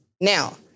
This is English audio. Now